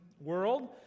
world